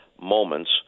moments